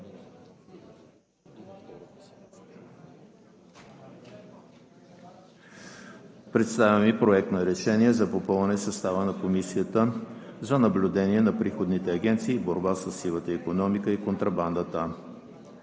Представям Ви: „Проект! РЕШЕНИЕ за попълване състава на Комисията за наблюдение на приходните агенции и борба със сивата икономика и контрабандата